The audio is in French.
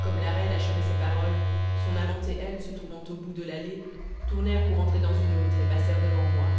comme la reine achevait ces paroles son amant et elle se trouvant au bout de l'allée tournèrent pour entrer dans une autre et passèrent devant moi